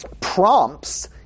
prompts